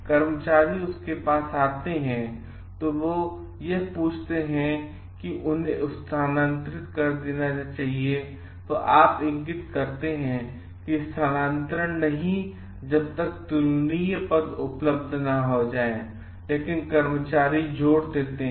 कर्मचारी आपके पास आते हैं या तो वह पूछते हैं या उन्हें स्थानांतरित किया जाना चाहिए आप इंगित करते हैं कि स्थानान्तरण नहीं जब तक तुलनीय पद उपलब्ध न हो जाएँ लेकिन कर्मचारी जोर देते हैं